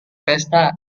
pesta